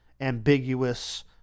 ambiguous